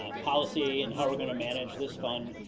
ah policy and how we're gonna manage this fund.